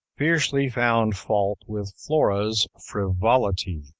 fiercely found fault with flora's frivolity.